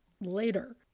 later